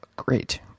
Great